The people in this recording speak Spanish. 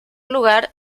lugar